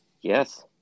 Yes